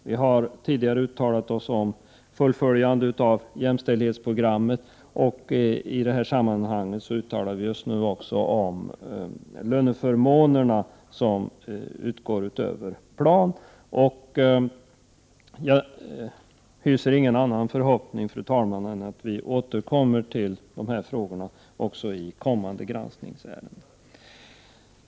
Vi har tidigare uttalat oss om fullföljande av jämställdhetsprogrammet. I detta sammanhang uttalar vi oss också om löneförmåner som går utöver plan. Jag hyser ingen annan förhoppning, fru talman, än att vi återkommer till dessa frågor vid kommande granskning.